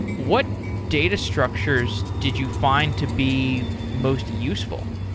what data structures did you find to be most useful?